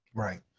right.